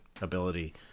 ability